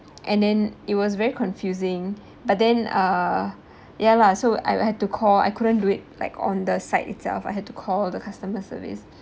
and then it was very confusing but then uh ya lah so I would have to call I couldn't do it like on the site itself I had to call the customer service